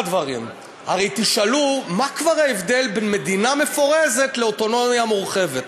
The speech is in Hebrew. כמה דברים: הרי תשאלו מה כבר ההבדל בין מדינה מפורזת לאוטונומיה מורחבת,